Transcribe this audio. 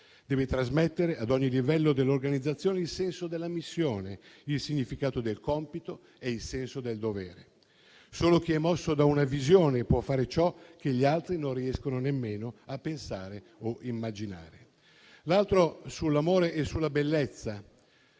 Deve trasmettere a ogni livello dell'organizzazione il senso della missione, il significato del compito e il senso del dovere. Solo chi è mosso da una visione può fare ciò che gli altri non riescono nemmeno a pensare o immaginare. Il secondo concetto riguarda l'amore e la bellezza.